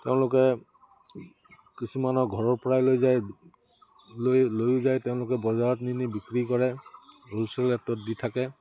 তেওঁলোকে কিছুমানৰ ঘৰৰপৰাই লৈ যায় যায় তেওঁলোকে বজাৰত নি নি বিক্ৰী কৰে হোলচেল ৰেটত দি থাকে